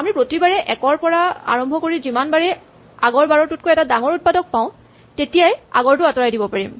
আমি প্ৰতিবাৰে ১ ৰ পৰা আৰম্ভ কৰি যিমানবাৰেই আগৰবাৰটোতকৈ এটা ডাঙৰ উৎপাদক পাও তেতিয়াই আগৰটো আঁতৰাই দিব পাৰিম